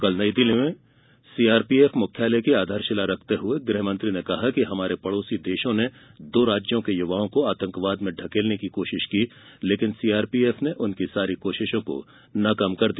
कल नयी दिल्ली में सीआरपीएफ मुख्यालय की आधारशिला रखते हुए गृहमंत्री ने कहा कि हमारे पड़ोसी देशों ने दो राज्यों के युवाओं को आतंकवाद में ढकेलने की कोशिश की लेकिन सीआरपीएफ ने उनकी सारी कोशिशों को नाकाम कर दिया